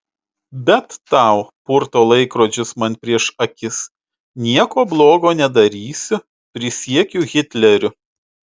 bet tau purto laikrodžius man prieš akis nieko blogo nedarysiu prisiekiu hitleriu